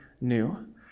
new